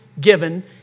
given